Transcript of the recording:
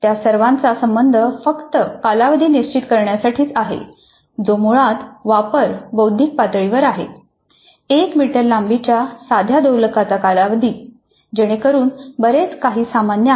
त्या सर्वांचा संबंध फक्त कालावधी निश्चित करण्यासाठीच आहे जो मुळात वापर बौद्धिक पातळीवर आहे 1 मीटर लांबीच्या साध्या दोलका चा कालावधी जेणेकरून बरेच काही सामान्य आहे